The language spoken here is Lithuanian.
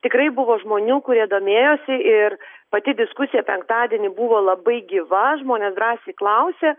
tikrai buvo žmonių kurie domėjosi ir pati diskusija penktadienį buvo labai gyva žmonės drąsiai klausė